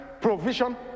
provision